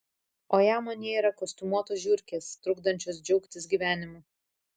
o jam anie yra kostiumuotos žiurkės trukdančios džiaugtis gyvenimu